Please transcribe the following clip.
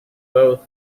both